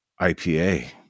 IPA